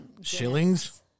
Shillings